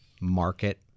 market